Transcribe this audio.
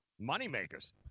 Moneymakers